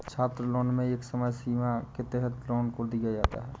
छात्रलोन में एक समय सीमा के तहत लोन को दिया जाता है